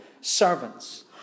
servants